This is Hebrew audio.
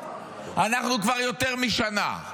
אנחנו כבר יותר משנה.